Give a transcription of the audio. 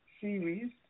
series